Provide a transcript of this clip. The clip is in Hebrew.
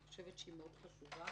אני חושבת שהיא מאוד חשובה.